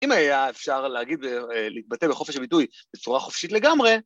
אם היה אפשר להגיד, להתבטא בחופש הביטוי בצורה חופשית לגמרי...